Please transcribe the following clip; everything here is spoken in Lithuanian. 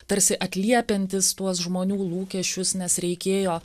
tarsi atliepiantys tuos žmonių lūkesčius nes reikėjo